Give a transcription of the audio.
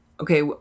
Okay